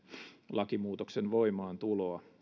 lakimuutoksen voimaantuloa